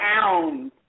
pounds